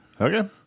Okay